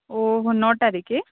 ଓହୋ ନଅଟାରେ କି